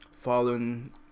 following